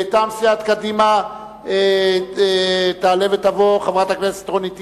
מטעם סיעת קדימה תעלה ותבוא חברת הכנסת רונית תירוש,